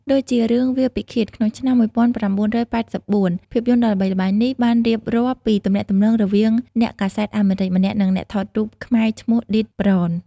ដូចជារឿង វាលពិឃាត ក្នុងឆ្នាំ ១៩៨៤ ភាពយន្តដ៏ល្បីល្បាញនេះបានរៀបរាប់ពីទំនាក់ទំនងរវាងអ្នកកាសែតអាមេរិកម្នាក់និងអ្នកថតរូបខ្មែរឈ្មោះ ឌិត ប្រន។